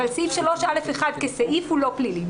סעיף 3(א)(1) כסעיף הוא לא פלילי.